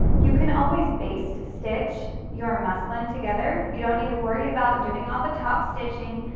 you can always baste stitch your muslin together. you don't need to worry about doing all the top stitching,